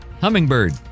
Hummingbird